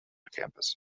campus